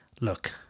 Look